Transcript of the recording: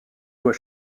doit